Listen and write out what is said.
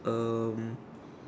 uh